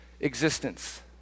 existence